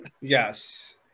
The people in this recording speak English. Yes